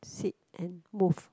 sit and move